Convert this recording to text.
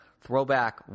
Throwback